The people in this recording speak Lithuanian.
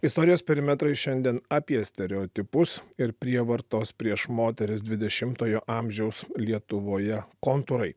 istorijos perimetrai šiandien apie stereotipus ir prievartos prieš moteris dvidešimtojo amžiaus lietuvoje kontūrai